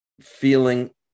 feeling